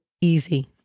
easy